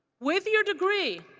with your degree,